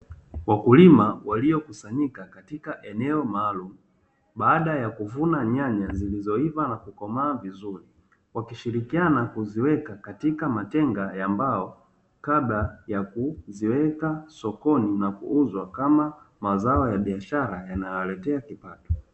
Wakulima waliokusanyika katika eneo maalumu baada ya kuvuna nyanya zilizoiva na kukomaa vizuri, wakishirikiana kuziweka katika matenga ya mbao kabla ya kuziweka sokoni na kuuzwa kama mazao ya biashara yanayo waletea kipato.